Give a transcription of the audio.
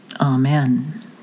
Amen